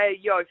Yo